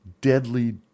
deadly